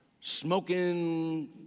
smoking